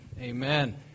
Amen